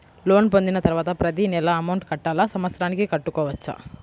Loan పొందిన తరువాత ప్రతి నెల అమౌంట్ కట్టాలా? సంవత్సరానికి కట్టుకోవచ్చా?